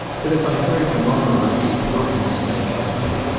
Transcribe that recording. but if i heard to-morrow that he had broken his neck out hunting,